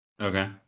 Okay